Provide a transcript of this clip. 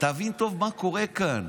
תבין טוב מה קורה כאן.